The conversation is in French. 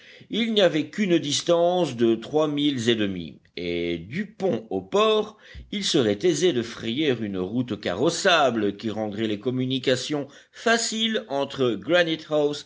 il n'y avait qu'une distance de trois milles et demi et du pont au port il serait aisé de frayer une route carrossable qui rendrait les communications faciles entre